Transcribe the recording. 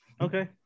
Okay